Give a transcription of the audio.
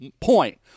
point